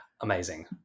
Amazing